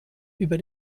über